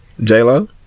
J-Lo